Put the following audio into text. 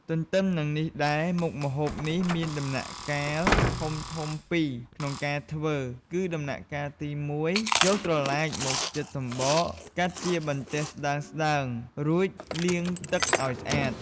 ទន្ទឹមនឹងនេះដែរ មុខម្ហូបនេះមានដំណាក់កាលធំៗពីរក្នុងការធ្វើ គឺដំណាក់កាលទី១ យកត្រឡាចមកចិតសំបក កាត់ជាបន្ទះស្ដើងៗ រួចលាងទឹកឱ្យស្អាត ។